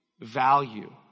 value